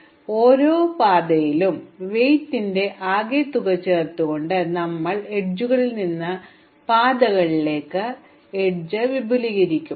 അതിനാൽ ഓരോ പാതയിലും തൂക്കത്തിന്റെ ആകെത്തുക ചേർത്തുകൊണ്ട് ഞങ്ങൾ അരികുകളിൽ നിന്ന് പാതകളിലേക്ക് ഭാരം വിപുലീകരിക്കും